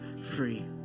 free